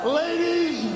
ladies